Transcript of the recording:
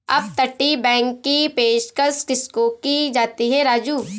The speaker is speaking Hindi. अपतटीय बैंक की पेशकश किसको की जाती है राजू?